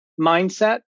mindset